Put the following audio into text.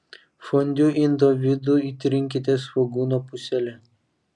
fondiu indo vidų įtrinkite svogūno pusele